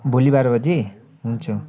भोलि बाह्र बजी हुन्छ